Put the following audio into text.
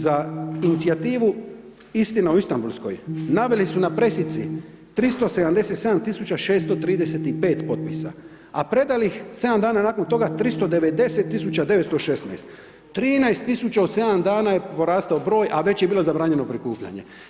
Za inicijativu istina o Istanbulskoj, naveli su na pressici 377 tisuća 635 potpisa a predali iz 7 dana nakon toga 390 tisuća 916. 13 tisuća u 7 dana je porastao broj a već je bilo zabranjeno prikupljanje.